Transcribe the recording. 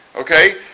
Okay